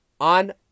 on